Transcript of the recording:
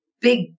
big